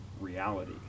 reality